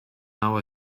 our